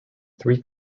three